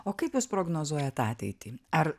o kaip jūs prognozuojat ateitį ar